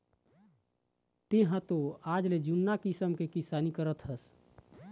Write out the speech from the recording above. तेंहा तो आजले जुन्ना किसम के किसानी करत हस